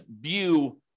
view